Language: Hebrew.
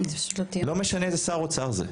לא משנה איזה שר אוצר זה,